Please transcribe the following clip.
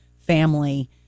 family